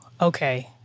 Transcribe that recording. okay